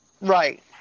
right